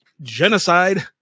genocide